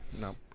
no